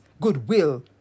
goodwill